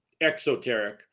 Exoteric